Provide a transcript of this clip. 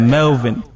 Melvin